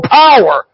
power